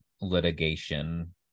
litigation